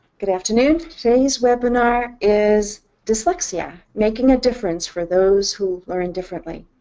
good afternoon. today's webinar is dyslexia making a difference for those who learn differently.